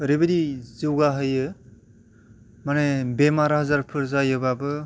ओरैबायदि जौगाहोयो मानि बेमार आजारफोर जायोबाबो